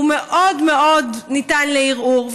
הוא מאוד מאוד ניתן לערעור.